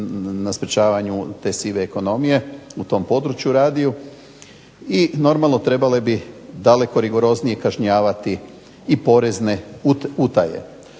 na sprečavanju te sive ekonomije u tom području i normalno trebale bi daleko rigoroznije kažnjavati i porezne utaje.